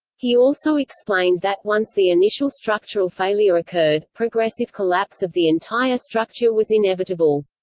he also explained that, once the initial structural failure occurred, progressive collapse of the entire structure was inevitable.